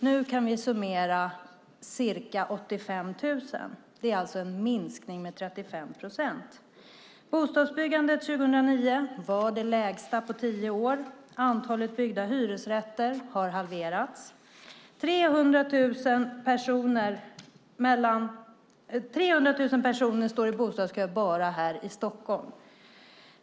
När vi summerar ser vi att det byggts ca 85 000, alltså en minskning med 35 procent. Bostadsbyggandet 2009 var det lägsta på tio år. Antalet byggda hyresrätter har halverats. 300 000 personer står i bostadskö bara i Stockholm.